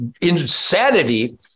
insanity